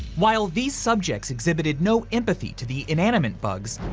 while these subjects exhibited no empathy to the inanimate bugs.